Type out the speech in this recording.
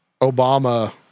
Obama